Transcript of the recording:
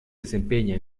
desempeña